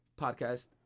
podcast